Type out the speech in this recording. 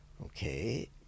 Okay